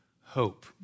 hope